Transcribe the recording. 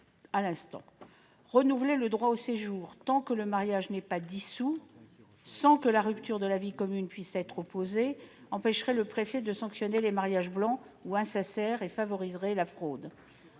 violences. Renouveler le droit au séjour tant que le mariage n'est pas dissous, sans que la rupture de la vie commune puisse être opposée, empêcherait le préfet de sanctionner les mariages blancs ou insincères et favoriserait la fraude.